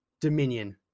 Dominion